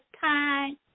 time